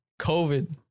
COVID